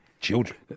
Children